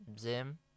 Zim